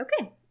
Okay